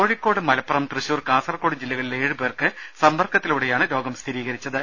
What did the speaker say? കോഴിക്കോട് മലപ്പുറം തൃശൂർ കാസർകോട് ജില്ലകളിലെ ഏഴുപേർക്ക് സമ്പർക്കത്തിലൂടെയാണ് രോഗം സ്ഥിരീകരിച്ചത്